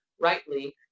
rightly